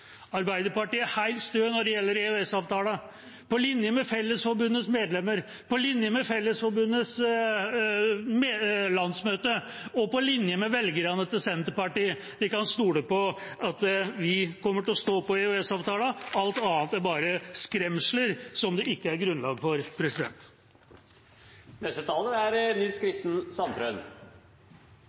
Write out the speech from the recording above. Arbeiderpartiet er helt stø når det gjelder EØS-avtalen, på linje med Fellesforbundets medlemmer, på linje med Fellesforbundets landsmøte og på linje med velgerne til Senterpartiet. De kan stole på at vi kommer til å stå på EØS-avtalen. Alt annet er bare skremsler som det ikke er grunnlag for.